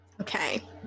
Okay